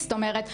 זאת אומרת,